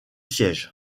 sièges